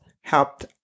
helped